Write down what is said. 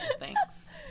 Thanks